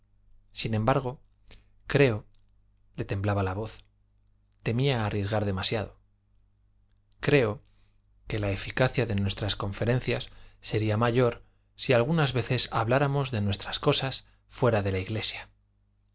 sin embargo creo le temblaba la voz temía arriesgar demasiado creo que la eficacia de nuestras conferencias sería mayor si algunas veces habláramos de nuestras cosas fuera de la iglesia